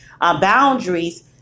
boundaries